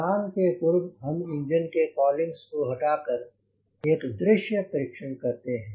उड़ान के पूर्व हम इंजन के कोलिंग्स को हटा कर एक दृश्य परीक्षण करते हैं